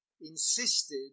insisted